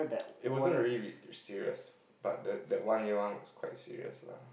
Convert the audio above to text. it wasn't really re~ serious but the that one year was quite serious lah